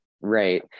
Right